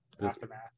aftermath